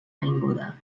avinguda